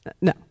No